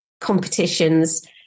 competitions